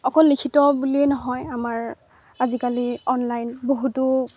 অকল লিখিত বুলিয়েই নহয় আমাৰ আজিকালি অনলাইন বহুতো